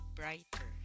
brighter